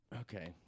Okay